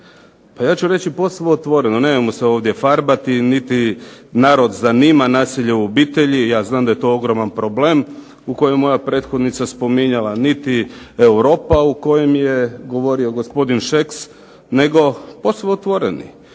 Pa ja ću reći posve otvoreno, nemojmo se ovdje farbati niti narod zanima nasilje u obitelji, ja znam da je to ogroman problem u kojem je moja prethodnica spominjala niti Europa u kojim je govorio gospodin Šeks nego posve otvoreni,